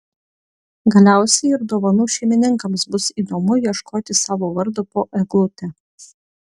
galiausiai ir dovanų šeimininkams bus įdomu ieškoti savo vardo po eglute